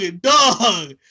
dog